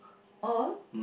all